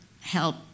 help